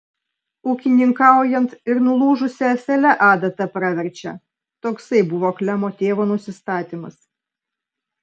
ūkininkaujant ir nulūžusia ąsele adata praverčia toksai buvo klemo tėvo nusistatymas